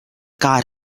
guide